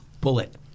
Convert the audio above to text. Bullet